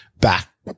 back